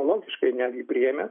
logiškai netgi priėmęs